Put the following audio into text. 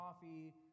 coffee